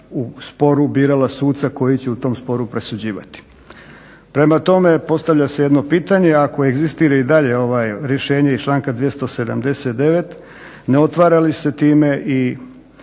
u sporu birala suca koji će u tom sporu presuđivati. Prema tome postavlja se jedno pitanje, ako egzistira i dalje rješenje iz članka 279. ne stvara li se time i